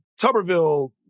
Tuberville